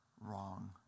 wrong